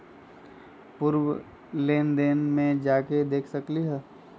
पूर्व लेन देन में जाके देखसकली ह?